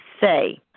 say